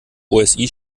osi